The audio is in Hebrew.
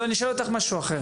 אני שואל אותך משהו אחר.